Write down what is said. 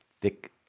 thick